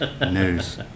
news